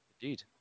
Indeed